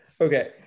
okay